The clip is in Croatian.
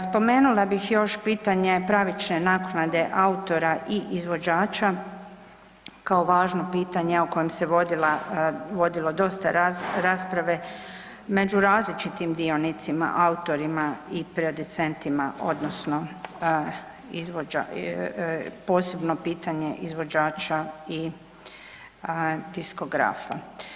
Spomenula bih još pitanje pravične naknade autora i izvođača kao važno pitanje o kojem se vodilo dosta rasprave među različitim dionicima, autorima i producentima odnosno posebno pitanje izvođača i diskografa.